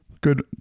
Good